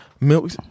milk